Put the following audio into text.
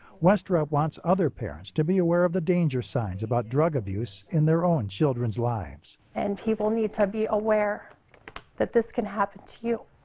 westrup wants other parents to be aware of the danger signs about drug abuse in their own children's lives. and people need to be aware that this can happen to you